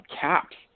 caps